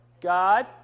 God